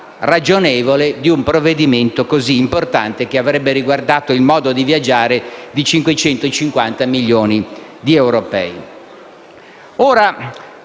ragionevole di un provvedimento così importante che avrebbe riguardato il modo di viaggiare di 550 milioni di europei.